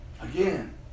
Again